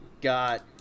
got